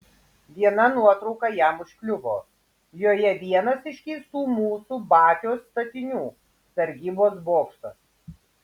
viena nuotrauka jam užkliuvo joje vienas iš keistų mūsų batios statinių sargybos bokštas